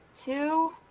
Two